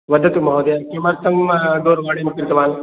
वदतु महोदय किमर्थं दूरवाणीं कृतवान्